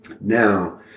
Now